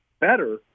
better